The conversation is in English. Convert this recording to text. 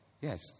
Yes